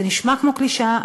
זה נשמע כמו קלישאה,